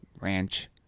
ranch